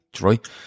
right